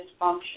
dysfunction